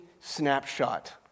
snapshot